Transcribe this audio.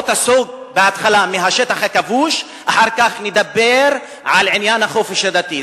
בוא תיסוג בהתחלה מהשטח הכבוש ואחר כך נדבר על עניין החופש הדתי.